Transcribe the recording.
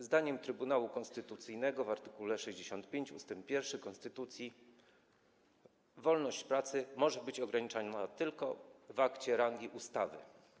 Zdaniem Trybunału Konstytucyjnego wyrażona w art. 65 ust. 1 konstytucji wolność pracy może być ograniczona tylko w akcie rangi ustawy.